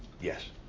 Yes